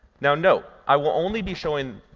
now, note, i will only be showing